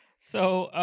so,